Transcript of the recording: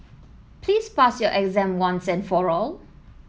please pass your exam once and for all